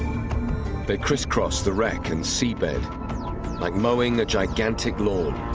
they crisscross the wreck and seabed like mowing a gigantic lawn.